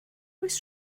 oes